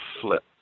flip